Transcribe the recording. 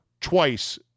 twice